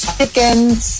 chickens